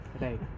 right